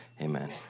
Amen